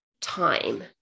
time